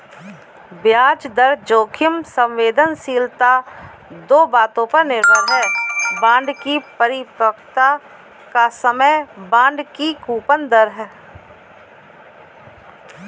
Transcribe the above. ब्याज दर जोखिम संवेदनशीलता दो बातों पर निर्भर है, बांड की परिपक्वता का समय, बांड की कूपन दर